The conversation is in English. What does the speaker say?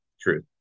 true